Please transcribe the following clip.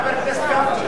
חבר הכנסת גפני.